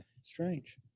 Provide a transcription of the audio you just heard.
strange